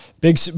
Big